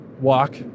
walk